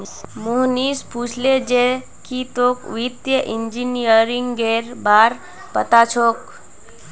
मोहनीश पूछले जे की तोक वित्तीय इंजीनियरिंगेर बार पता छोक